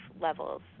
levels